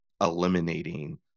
eliminating